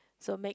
so make